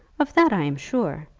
of that i am sure.